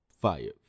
fire